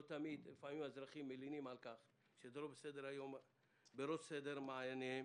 לא תמיד האזרחים מלינים על כך שבראש סדר מעייניהם